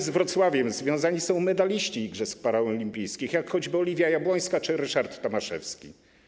Z Wrocławiem związani są także medaliści igrzysk paraolimpijskich, jak choćby Oliwia Jabłońska czy Ryszard Tomaszewski.